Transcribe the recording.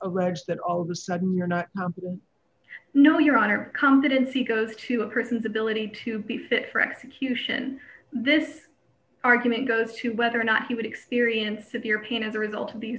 large that all of a sudden you're not no your honor competency goes to a person's ability to be fit for execution this argument goes to whether or not he would experience severe pain as a result of these